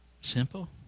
simple